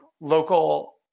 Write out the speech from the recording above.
local